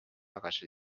tagasi